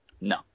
No